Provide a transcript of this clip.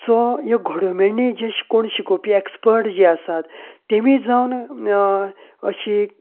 so ह्यो घोडेमेडणी जशे कोण शिकोवपाक ऍक्सपर्ट आसात तेमी जावन अशी